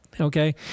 okay